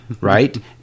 right